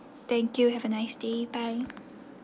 thank you have a nice day bye